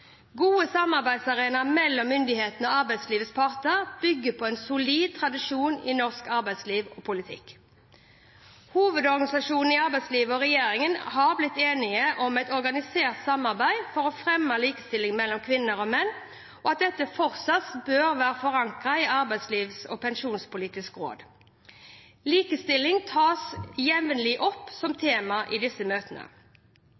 Gode samarbeidsarenaer mellom myndighetene og arbeidslivets parter bygger på en solid tradisjon i norsk arbeidsliv og politikk. Hovedorganisasjonene i arbeidslivet og regjeringen har blitt enige om et organisert samarbeid for å fremme likestilling mellom kvinner og menn, og at dette fortsatt bør være forankret i Arbeidslivs- og pensjonspolitisk råd. Likestilling tas jevnlig opp som